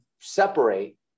separate